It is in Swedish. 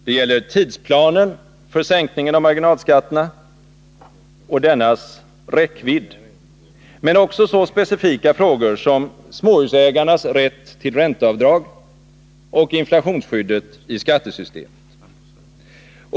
Det gäller tidsplanen för sänkningen av marginalskatterna och dennas räckvidd, men också så specifika frågor som småhusägarnas rätt till ränteavdrag och inflationsskyddet i skattesystemet.